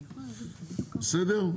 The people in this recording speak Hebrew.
בסדר?